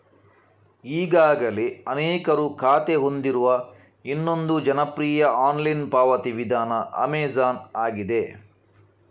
ಈಗಾಗಲೇ ಅನೇಕರು ಖಾತೆ ಹೊಂದಿರುವ ಇನ್ನೊಂದು ಜನಪ್ರಿಯ ಆನ್ಲೈನ್ ಪಾವತಿ ವಿಧಾನ ಅಮೆಜಾನ್ ಆಗಿದೆ